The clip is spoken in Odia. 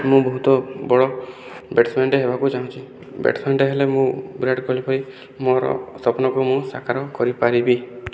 ମୁଁ ବହୁତ ବଡ଼ ବ୍ୟାଟ୍ସମ୍ୟାନଟେ ହେବାକୁ ଚାହୁଁଛି ବ୍ୟାଟ୍ସମ୍ୟାନଟେ ହେଲେ ମୁଁ ବିରାଟ କୋହଲି ପରି ମୋର ସ୍ୱପ୍ନକୁ ମୁଁ ସାକାର କରିପାରିବି